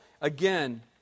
again